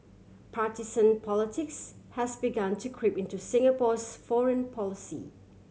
partisan politics has begun to creep into Singapore's foreign policy